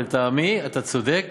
לטעמי, אתה צודק,